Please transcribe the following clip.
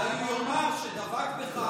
אולי הוא יאמר שדבק בך